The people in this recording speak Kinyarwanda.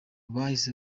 bahise